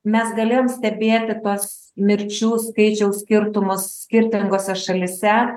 mes galėjom stebėti tuos mirčių skaičiaus skirtumus skirtingose šalyse